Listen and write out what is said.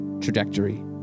trajectory